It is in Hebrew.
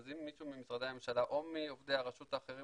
אז אם מישהו ממשרדי הממשלה או מעובדי הרשות האחרים